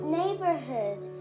neighborhood